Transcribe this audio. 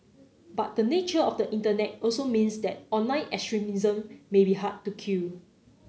but the nature of the Internet also means that online extremism may be hard to kill